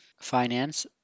finance